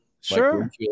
Sure